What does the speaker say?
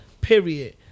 period